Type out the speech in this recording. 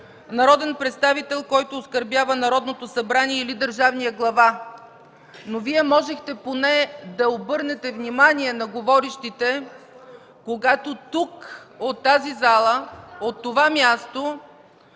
народен представител, който оскърбява Народното събрание или държавния глава. Но можехте поне да обърнете внимание на говорещите, когато тук, от тази зала, от това място